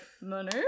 money